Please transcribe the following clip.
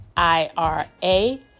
i-r-a